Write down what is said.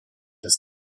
das